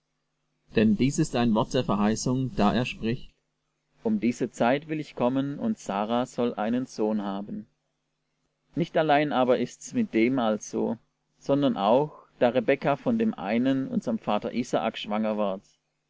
denn dies ist ein wort der verheißung da er spricht um diese zeit will ich kommen und sara soll einen sohn haben nicht allein aber ist's mit dem also sondern auch da rebekka von dem einen unserm vater isaak schwanger ward